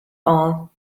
all